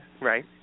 right